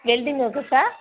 welding ஒர்க்கர்ஸா